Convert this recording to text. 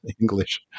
English